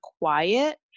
quiet